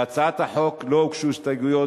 להצעת החוק לא הוגשו הסתייגויות,